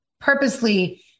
purposely